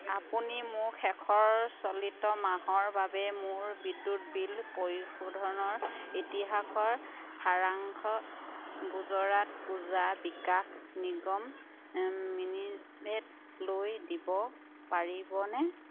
আপুনি মোক শেষৰ চলিত মাহৰ বাবে মোৰ বিদ্যুৎ বিল পৰিশোধৰ ইতিহাসৰ সাৰাংশ গুজৰাট উৰ্জা বিকাশ নিগম লিমিটেডলৈ দিব পাৰিবনে